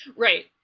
right,